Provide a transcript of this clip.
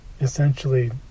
essentially